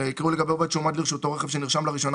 יקראו לגבי עובד שהועמד לרשותו רכב שנרשם לראשונה